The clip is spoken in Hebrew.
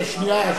את השנייה?